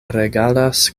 regalas